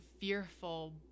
fearful